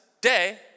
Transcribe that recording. day